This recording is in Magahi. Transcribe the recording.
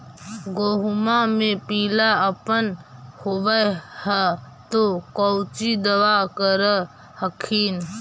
गोहुमा मे पिला अपन होबै ह तो कौची दबा कर हखिन?